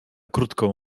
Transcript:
krótką